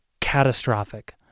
catastrophic